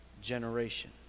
generation